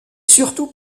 surtout